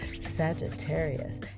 Sagittarius